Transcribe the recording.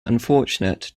unfortunate